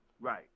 Right